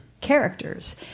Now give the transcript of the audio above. characters